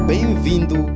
Bem-vindo